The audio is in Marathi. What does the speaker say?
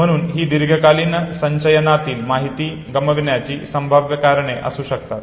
म्हणून ही दीर्घकालीन संचयनातील माहिती गमावण्याची संभाव्य कारणे असू शकतात